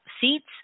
seats